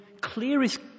clearest